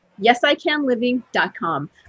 YesICanliving.com